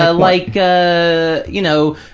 ah like, ah you know,